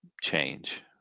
change